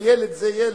וילד זה ילד,